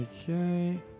Okay